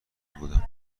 بودم